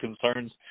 concerns